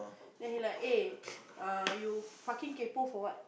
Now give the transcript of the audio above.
then he like eh err you fucking kaypoh for what